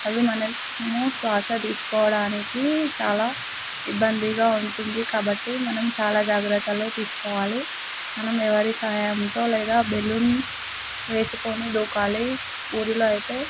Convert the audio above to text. అవి మన మూ శ్వాస తీసుకోవడానికి చాలా ఇబ్బందిగా ఉంటుంది కాబట్టి మనం చాలా జాగ్రత్తలు తీసుకోవాలి మనం ఎవరి సహాయంతో లేదా బెలున్ వేసుకోని దూకాలి ఊరిలో అయితే